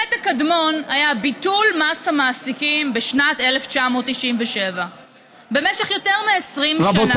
החטא הקדמון היה ביטול מס המעסיקים בשנת 1997. במשך יותר מ-20 שנה,